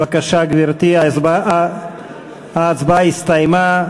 בבקשה, גברתי, ההצבעה הסתיימה.